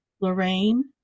Lorraine